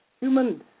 human